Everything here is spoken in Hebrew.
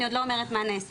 אני עוד לא אומרת מה נעשה.